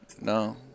no